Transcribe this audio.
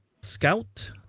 scout